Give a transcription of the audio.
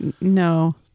No